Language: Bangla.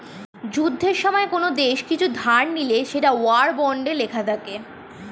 যুদ্ধের সময়ে কোন দেশ কিছু ধার নিলে সেটা ওয়ার বন্ডে লেখা থাকে